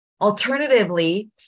Alternatively